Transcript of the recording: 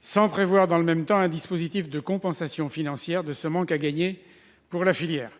sans prévoir en contrepartie un dispositif de compensation financière du manque à gagner qui en résultera pour la filière.